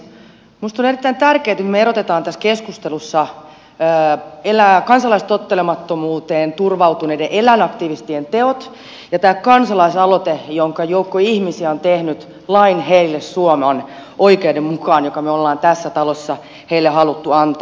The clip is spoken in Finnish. minusta on erittäin tärkeätä että me erotamme tässä keskustelussa kansalaistottelemattomuuteen turvautuneiden eläinaktivistien teot ja tämän kansalaisaloitteen jonka joukko ihmisiä on tehnyt lain heille suoman oi keuden mukaan jonka me olemme tässä talossa heille halunneet antaa